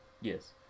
Yes